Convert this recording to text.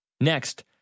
Next